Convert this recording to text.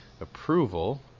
approval